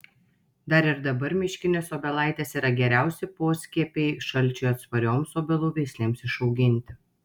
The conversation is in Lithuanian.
dar ir dabar miškinės obelaitės yra geriausi poskiepiai šalčiui atsparioms obelų veislėms išauginti